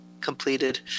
completed